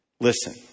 Listen